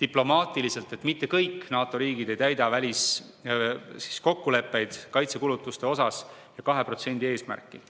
diplomaatiliselt, et mitte kõik NATO riigid ei täida väliskokkuleppeid ja kaitsekulutuste 2% eesmärki.